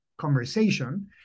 Conversation